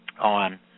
on